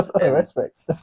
Respect